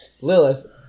Lilith